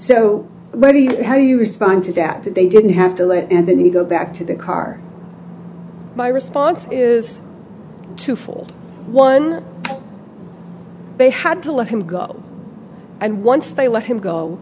so what do you how do you respond to that that they didn't have to lift and then you go back to the car my response is twofold one they had to let him go and once they let him go